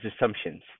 assumptions